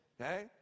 okay